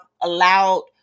allowed